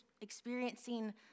experiencing